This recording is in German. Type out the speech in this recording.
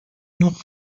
noch